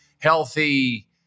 healthy